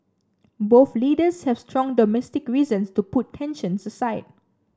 both leaders have strong domestic reasons to put tensions aside